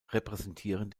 repräsentieren